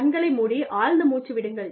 கண்களை மூடி ஆழ்ந்த மூச்சு விடுங்கள்